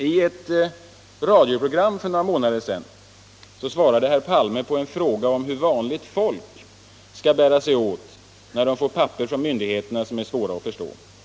I ett radioprogram för några månader sedan svarade herr Palme på en fråga om hur vanligt folk skall bära sig åt när de får papper från myndigheterna som är svåra att förstå.